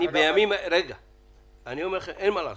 אני אומר לכם, אין מה לעשות,